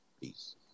Peace